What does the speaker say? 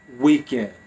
weekend